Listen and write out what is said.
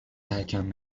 ترکم